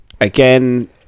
again